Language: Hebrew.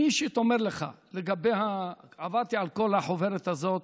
אני אישית אומר לך, עברתי על כל החוברת הזאת,